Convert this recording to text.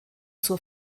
zur